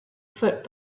foot